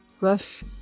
rush